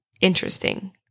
interesting